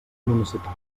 municipal